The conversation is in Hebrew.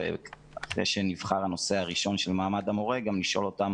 ואחרי שנבחר הנושא הראשון של מעמד המורה גם לשאול אותם